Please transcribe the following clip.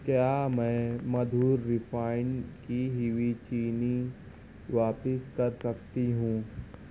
کیا میں مدھر ریفائن کی ہوئی چینی واپس کر سکتی ہوں